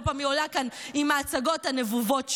בכל פעם היא עולה כאן עם ההצגות הנבובות שלה.